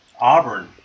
Auburn